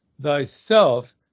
thyself